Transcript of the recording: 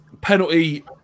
penalty